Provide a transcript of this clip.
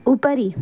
उपरि